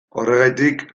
horregatik